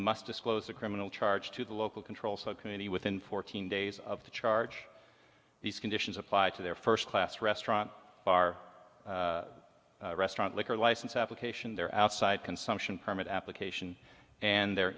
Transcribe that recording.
must disclose a criminal charge to the local control so community within fourteen days of the charge these conditions apply to their first class restaurant bar restaurant liquor license application their outside consumption permit application and the